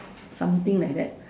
something like that